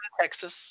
Texas